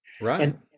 Right